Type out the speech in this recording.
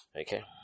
Okay